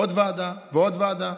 עוד ועדה ועוד ועדה.